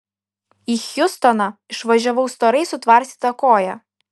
į hjustoną išvažiavau storai sutvarstyta koja